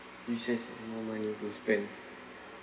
you said no money to spend